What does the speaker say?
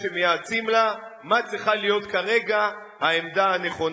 שמייעצים לה מה צריכה להיות כרגע העמדה הנכונה.